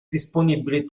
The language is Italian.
disponibili